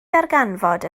ddarganfod